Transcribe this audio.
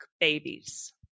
babies